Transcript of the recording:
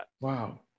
Wow